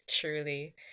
truly